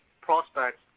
prospects